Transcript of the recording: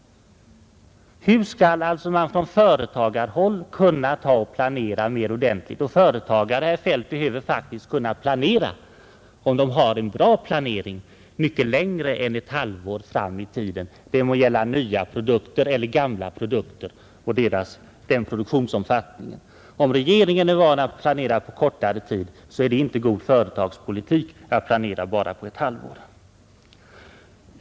Hur skall man från företagarhåll kunna planera mer ordentligt? Företagare, herr Feldt, behöver faktiskt kunna planera — om de vill ha en bra planering — mycket längre än ett halvår fram i tiden, det må gälla nya produkter eller gamla. Om regeringen är van att planera för kortare tid så är det ändå inte god företagspolitik att planera bara för ett halvår.